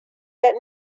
that